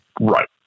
Right